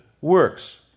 works